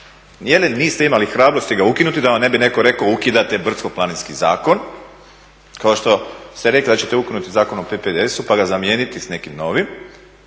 onda? Niste imali hrabrosti ga ukinuti da vam ne bi netko rekao ukidate Brdsko planinski zakona kao što ste rekli da ćete ukinuti Zakon o PPDS-u pa ga zamijeniti s nekim novim.